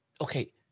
okay